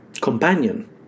Companion